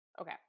Okay